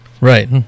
Right